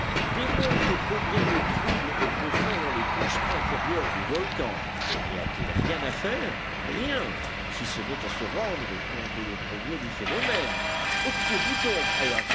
démontre combien le trouble est profond dans les couches inférieures du volcan mais n'y a-t-il rien à faire rien si ce n'est à se rendre compte des progrès du phénomène occupez-vous donc